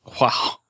Wow